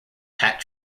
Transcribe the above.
hat